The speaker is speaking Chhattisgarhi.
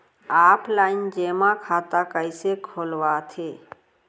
ऑफलाइन जेमा खाता कइसे खोलवाथे?